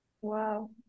Wow